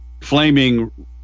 flaming